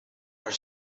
are